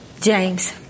James